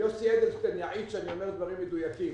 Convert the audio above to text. יוסי אדלשטיין יעיד שאני אומר דברים מדויקים.